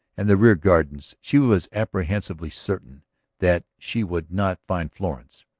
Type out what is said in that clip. and the rear gardens, she was apprehensively certain that she would not find florence.